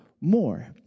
more